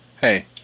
hey